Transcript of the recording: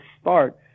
start